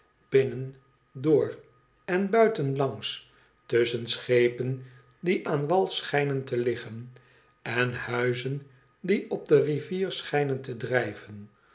binnen door en buiten langs tusschen schepen die aan wal schijnen te ligfen en huizen die op de rivier schijnen te drijven